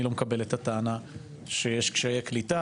אני לא מקבל את הטענה שיש קשיי קליטה